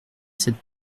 cette